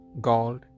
gold